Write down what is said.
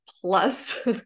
plus